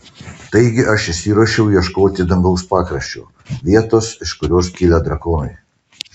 taigi aš išsiruošiau ieškoti dangaus pakraščio vietos iš kurios kilę drakonai